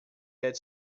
that